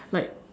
like